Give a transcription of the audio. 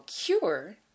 cure